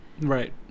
Right